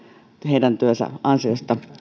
heidän työnsä ansiosta